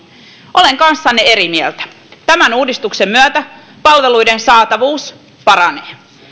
olen kanssanne eri mieltä tämän uudistuksen myötä palveluiden saatavuus paranee